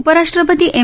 उपराष्ट्रपती एम